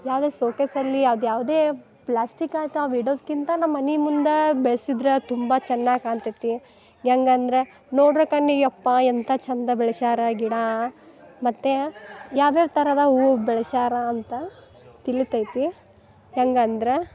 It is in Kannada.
ಯಾವುದೇ ಸೋಕೆಸಲ್ಲಿ ಅದು ಯಾವುದೇ ಪ್ಲಾಸ್ಟಿಕ್ ಐಟಮ್ ಇಡೋದ್ಕಿಂತ ನಮ್ಮ ಮನೆ ಮುಂದೆ ಬೆಳ್ಸಿದ್ರೆ ತುಂಬ ಚೆನ್ನಾಗಿ ಕಾಣ್ತೈತಿ ಹೆಂಗಂದ್ರೆ ನೋಡ್ರೊ ಕಣ್ಣಿಗೆ ಯಪ್ಪ ಎಂಥ ಚಂದ ಬೆಳ್ಸ್ಯಾರ ಗಿಡ ಮತ್ತು ಯಾವ ಯಾವ ಥರದ ಹೂವು ಬೆಳ್ಸ್ಯಾರ ಅಂತ ತಿಳಿತೈತಿ ಹೆಂಗಂದ್ರೆ